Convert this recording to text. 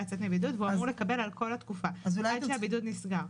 לצאת מבידוד והוא אמור לקבל עבור כל התקופה עד שהבידוד נסגר.